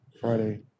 Friday